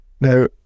Now